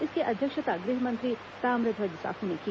इसकी अध्यक्षता गृहमंत्री ताम्रध्वज साहू ने की